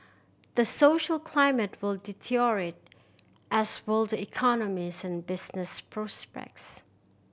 the social climate will deteriorate as will the economies and business prospects